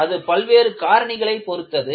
அது பல்வேறு காரணிகளைப் பொருத்தது